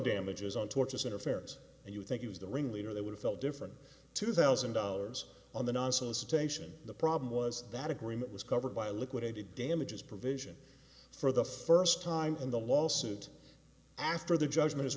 damages on torturous interference and you think it was the ringleader that would felt different two thousand dollars on the nonsense station the problem was that agreement was covered by liquidated damages provision for the first time in the lawsuit after the judgment is